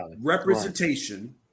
representation